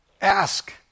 ask